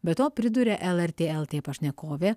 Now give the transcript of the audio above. be to priduria lrt lt pašnekovė